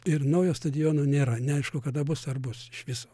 ir naujo stadiono nėra neaišku kada bus ar bus iš viso